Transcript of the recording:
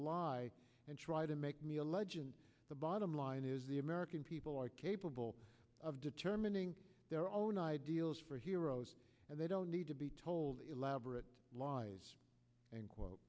lie and try to make me a legend the bottom line is the american people are capable of determining their own ideals for heroes and they don't need to be told elaborate lies and quote